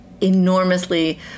enormously